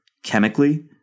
Chemically